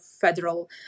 federal